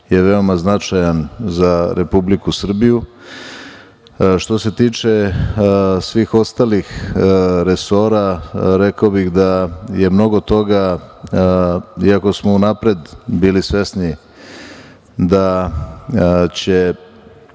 je veoma značajan za Republiku Srbiju. Što se tiče svih ostalih resora, rekao bih da je mnogo toga, iako smo unapred bili svesni da će